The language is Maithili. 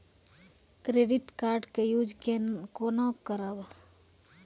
क्रेडिट कार्ड के यूज कोना के करबऽ?